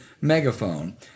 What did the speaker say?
megaphone